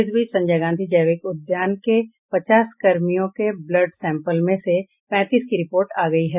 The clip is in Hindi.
इस बीच संजय गांधी जैविक उद्यान के पचास कर्मियों के ब्लड सैंपल में से पैंतीस की रिपोर्ट आ गयी है